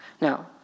Now